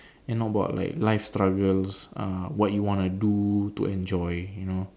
and not about like life struggles uh what you wanna do to enjoy you know